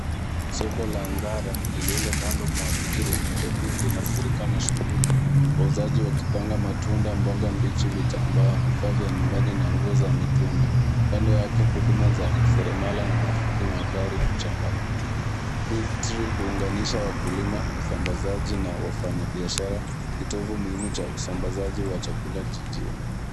Soko la Ngara lililo kando mwa jiji la Nairobi linafurika na shughuli wauzaji wakipanga matunda, mboga mbichi, vitambaa, vifaa vya nyumbani na nguo za mitumba. Kando yake, huduma za useremala na mafundi wa magari huchangamka. Fig Tree huunganisha wakulima, wasambazaji na wafanyibiashara, kitovu muhimu cha usambazaji wa chakula jijini.